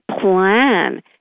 plan